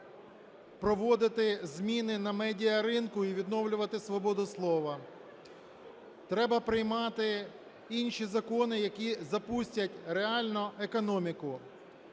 проводити зміни на медіаринку і відновлювати свободу слова, треба приймати інші закони, які запустять реально економіку,